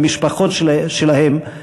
למשפחות שלהם,